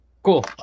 Cool